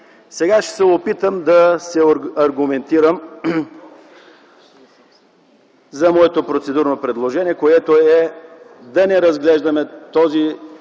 Сега ще се опитам да се аргументирам за моето процедурно предложение, което е – да не разглеждаме този